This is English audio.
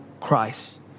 Christ